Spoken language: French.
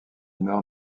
nord